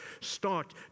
start